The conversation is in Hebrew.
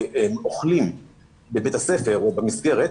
אוכלים בבית הספר או במסגרת,